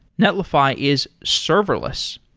netlify is serverless.